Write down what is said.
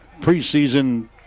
preseason